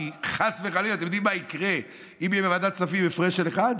כי חס וחלילה אתם יודעים מה יקרה אם יהיה בוועדת כספים עם הפרש של אחד?